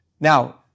Now